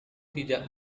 tidak